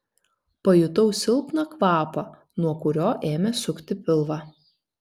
pajutau silpną kvapą nuo kurio ėmė sukti pilvą